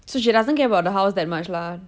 so she doesn't care about the house that much lah